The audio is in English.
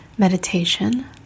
meditation